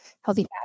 healthy